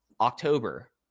October